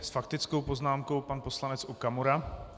S faktickou poznámkou pan poslanec Okamura.